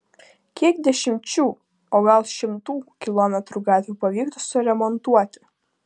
kiek dešimčių o gal šimtų kilometrų gatvių pavyktų suremontuoti